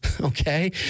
okay